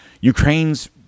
ukraine's